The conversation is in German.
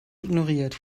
ignoriert